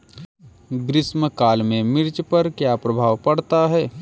ग्रीष्म काल में मिर्च पर क्या प्रभाव पड़ता है?